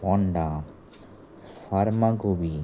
Ponda Farmagudi